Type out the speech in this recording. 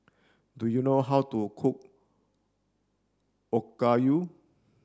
do you know how to cook Okayu